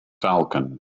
falcon